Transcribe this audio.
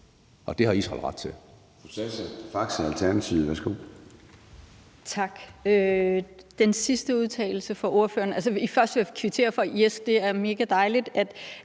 Det har Israel ret til.